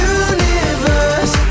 universe